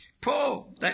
Paul